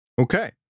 Okay